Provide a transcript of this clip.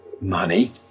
money